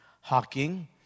Hawking